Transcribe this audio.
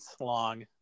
long